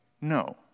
no